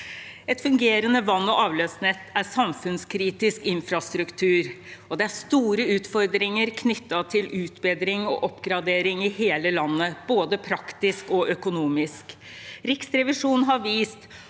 Et fungerende vann- og avløpsnett er samfunnskritisk infrastruktur, og det er store utfordringer knyttet til utbedring og oppgradering i hele landet, både praktisk og økonomisk. Riksrevisjonen har vist